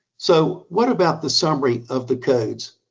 so what about the summary of the codes?